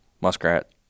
muskrat